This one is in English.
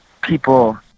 people